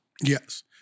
Yes